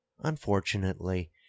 Unfortunately